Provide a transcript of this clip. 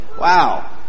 Wow